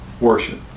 worship